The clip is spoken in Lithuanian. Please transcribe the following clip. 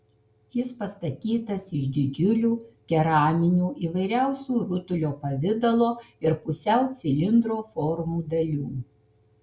jis pastatytas iš didžiulių keraminių įvairiausių rutulio pavidalo ir pusiau cilindro formų dalių